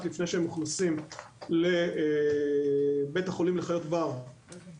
לפני שהם מוכנסים לבית החולים לחיות בר בספארי.